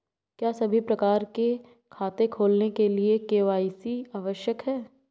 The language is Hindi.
क्या सभी प्रकार के खाते खोलने के लिए के.वाई.सी आवश्यक है?